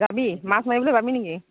যাবি মাছ মাৰিবলৈ যাবি নেকি